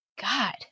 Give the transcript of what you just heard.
God